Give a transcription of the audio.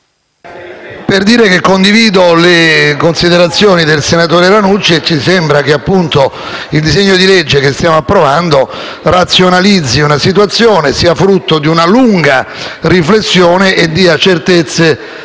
per dire che condivido le considerazioni del senatore Ranucci. Mi sembra che il disegno di legge che stiamo approvando razionalizzi una situazione, sia frutto di una lunga riflessione e dia certezze